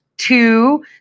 Two